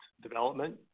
development